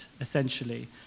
essentially